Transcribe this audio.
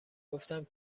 گفتم